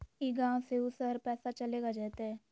ई गांव से ऊ शहर पैसा चलेगा जयते?